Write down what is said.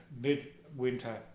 mid-winter